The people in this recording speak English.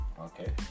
Okay